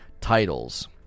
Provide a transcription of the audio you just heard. titles